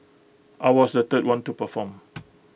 I was the third one to perform